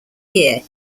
year